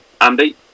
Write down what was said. Andy